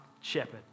shepherd